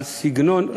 על סגנון.